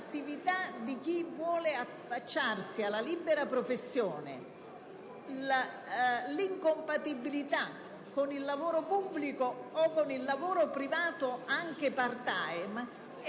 all'attività di chi vuole affacciarsi alla libera professione l'incompatibilità con il lavoro pubblico o con il lavoro privato, anche *part time*, è evidente